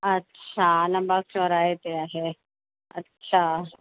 अच्छा आलमबाग चौराहे ते आहे अच्छा